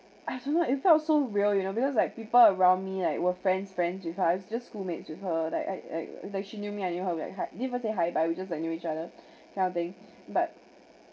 don't know it felt so real you know because like people around me right were friends friends with her I was just schoolmates with her like I I like she knew me I knew her like we didn't even say hi but we just like knew each other kind of thing but